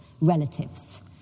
relatives